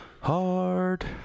hard